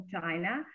China